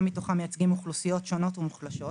מתוכם מייצגים אוכלוסיות שונות ומוחלשות